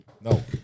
No